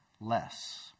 less